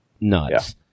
nuts